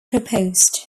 proposed